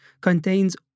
contains